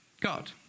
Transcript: God